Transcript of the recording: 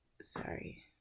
sorry